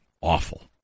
awful